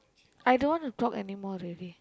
I don't want to talk anymore already